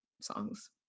songs